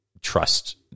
trust